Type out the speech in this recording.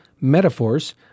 metaphors